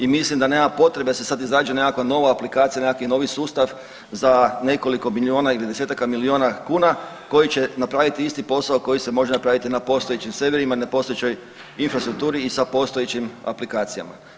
I mislim da nema potrebe sad da se izrađuje nekakva nova aplikacija, nekakav novi sustav za nekoliko milijuna ili desetaka milijuna kuna koji će napraviti isti posao koji se može napraviti na postojećim serverima, na postojećoj infrastrukturi i sa postojećim aplikacijama.